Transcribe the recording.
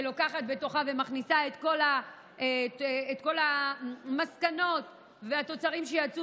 שלוקחת ומכניסה בתוכה את כל המסקנות והתוצרים שיצאו